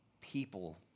people